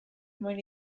mwyn